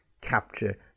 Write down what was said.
capture